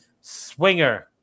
Swinger